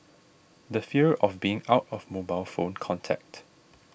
the fear of being out of mobile phone contact